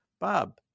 Bob